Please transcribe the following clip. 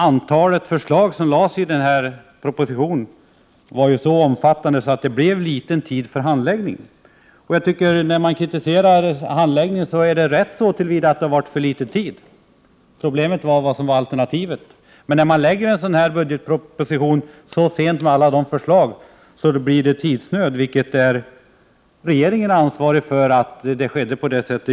Antalet förslag i den aktuella propositionen var så stort att det inte blev så mycket tid över för handläggning. Det är rätt att kritisera handläggningen så till vida att man har haft för litet tid på sig. Men problemet var att veta vad som var alternativet. När budgetpropositionen läggs fram så sent riskerar man — med tanke på alla förslag som finns i propositionen — att råka i tidsnöd. Regeringen är alltså ansvarig för att det blev som det blev.